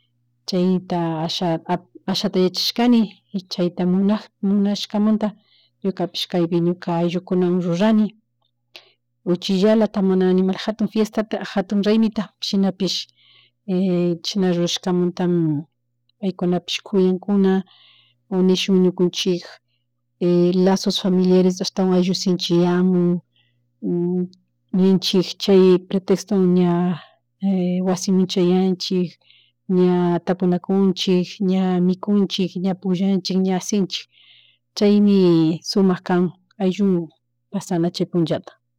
Chayta asha ashata yachashkani y chayta munak munshkamanta ñukapish kaypu ñuka ayllukunawan rurani uchiullalata mana aninal jatun fiestata jatun raymitapish shinapish chishna rurashkamanta paykunampsih kuyanckuna o nishun ñukanchik lazos familiares ashtawan ayllu shinchiyachiyamun ninchik chay pretextowan ña wasimun chayanchik ña tapunakunchik, ña mikunchik, ña pukllanchik, ña ashinchik chaymi sumak kan ayllu pasana chay punllata